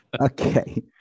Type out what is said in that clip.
Okay